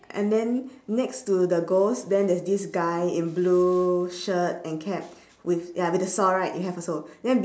and then next to the ghost then there's this guy in blue shirt and cap with ya with the saw right you have also then be~